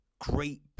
great